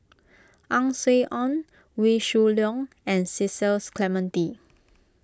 Ang Swee Aun Wee Shoo Leong and Cecil Clementi